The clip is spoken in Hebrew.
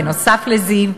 נוסף על זיו.